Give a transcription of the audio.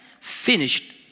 finished